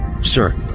Sir